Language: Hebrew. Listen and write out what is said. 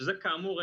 שזה כאמור,